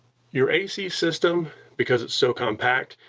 your a c system, because it's so compact,